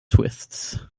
twists